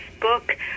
book